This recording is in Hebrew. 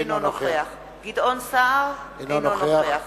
אינו נוכח גדעון סער, אינו נוכח